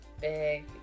big